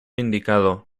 indicado